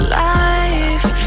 life